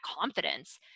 confidence